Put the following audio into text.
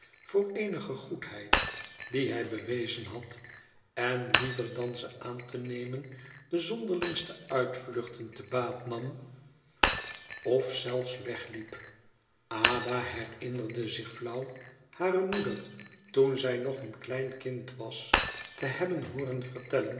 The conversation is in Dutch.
voor eenige goedheid die hij bewezen had en liever dan ze aan te nemen de zonderlingste uitvluchten te baat nam of zelfs wegliep ada herinnerde zich flauw hare moeder toen zij nog een klein kind was te hebben hooren vertellen